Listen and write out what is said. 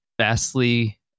vastly